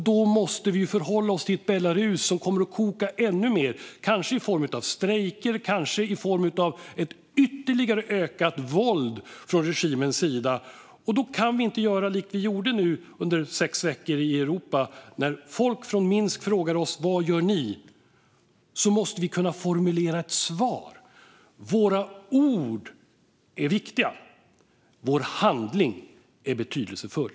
Då måste vi förhålla oss till ett Belarus som kommer att koka ännu mer - kanske i form av strejker och kanske i form av ytterligare ökat våld från regimens sida. Då kan vi inte göra likt vi gjorde under sex veckor i Europa. När folk från Minsk frågar oss vad vi gör måste vi kunna formulera ett svar. Våra ord är viktiga. Vår handling är betydelsefull.